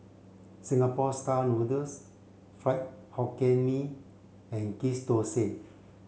Singapore style noodles Fried Hokkien Mee and Ghee Thosai